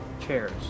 chairs